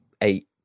eight